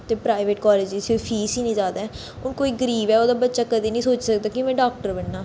ते private college च fees ही इन्नी ज्यादा हून कोई गरीब ऐ ओह्दा बच्चा कदी नी सोची सकदा कि में डाक्टर बनना